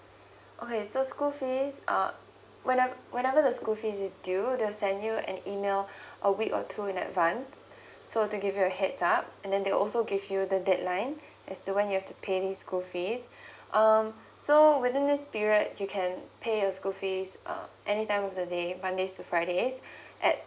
okay so school fees uh whenever whenever the school fees is due they'll send you an email a week or two in advance so to give you a heads up and then they'll also give you the deadline as to when you have to pay the school fees um so within this period you can pay your school fees uh any time of the day mondays to fridays at